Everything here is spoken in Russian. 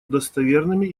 достоверными